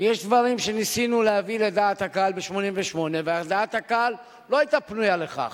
יש דברים שניסינו להביא לדעת הקהל ב-1988 ודעת הקהל לא היתה פנויה לכך.